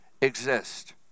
exist